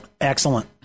Excellent